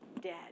dead